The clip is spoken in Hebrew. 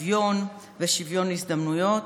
שוויון ושוויון הזדמנויות,